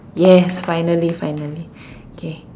yes finally finally okay